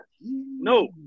No